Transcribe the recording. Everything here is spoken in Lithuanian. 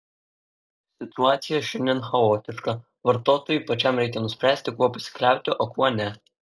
situacija šiandien chaotiška vartotojui pačiam reikia nuspręsti kuo pasikliauti o kuo ne